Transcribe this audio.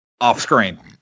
Off-screen